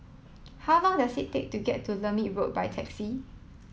how long does it take to get to Lermit Road by taxi